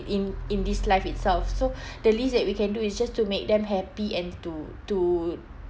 in in this life itself so the least that we can do is just to make them happy and to to